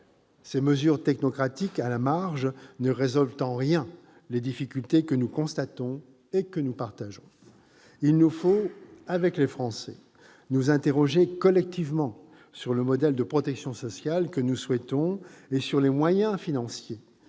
Ces mesures technocratiques, à la marge, ne résolvent en rien les difficultés que nous constatons et que nous partageons. Il nous faut, avec les Français, nous interroger collectivement sur le modèle de protection sociale que nous souhaitons et sur les moyens financiers